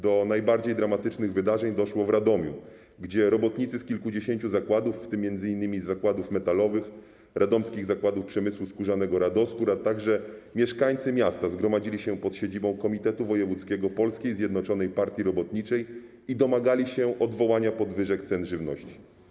Do najbardziej dramatycznych wydarzeń doszło w Radomiu, gdzie robotnicy z kilkudziesięciu zakładów, w tym m.in. z Zakładów Metalowych, Radomskich Zakładów Przemysłu Skórzanego 'Radoskór', a także mieszkańcy miasta zgromadzili się pod siedzibą Komitetu Wojewódzkiego Polskiej Zjednoczonej Partii Robotniczej i domagali się odwołania podwyżek cen żywności.